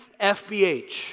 FBH